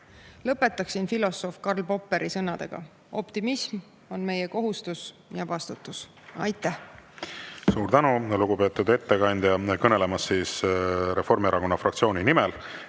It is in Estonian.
Lõpetan filosoof Karl Popperi sõnadega: optimism on meie kohustus ja vastutus. Aitäh! Suur tänu, lugupeetud ettekandja, kõnelemast Reformierakonna fraktsiooni nimel!